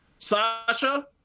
Sasha